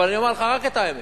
אבל אני אומר לך רק את האמת,